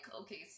okay